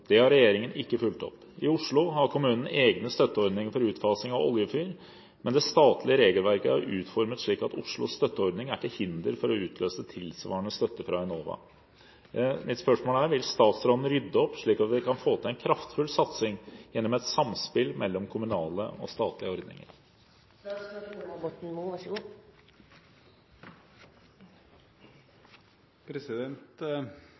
Det har regjeringen ikke fulgt opp. I Oslo har kommunen egne støtteordninger for utfasing av oljefyr, men det statlige regelverket er utformet slik at Oslos støtteordning er til hinder for å utløse tilsvarende støtte fra Enova. Vil statsråden rydde opp slik at vi kan få til en kraftfull satsing gjennom et samspill mellom kommunale og statlige ordninger?»